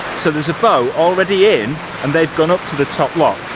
so there's a boat already in and they've gone up to the top lock.